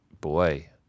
Boy